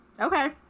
Okay